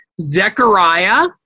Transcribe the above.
Zechariah